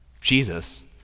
Jesus